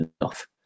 enough